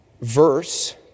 verse